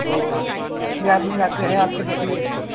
तो कितने आदमी आते हैं आपके बस में